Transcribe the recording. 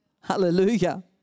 Hallelujah